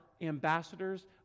ambassadors